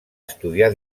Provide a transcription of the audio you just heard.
estudiar